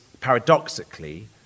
paradoxically